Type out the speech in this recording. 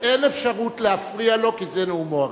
אין אפשרות להפריע לו, כי זה נאומו הראשון.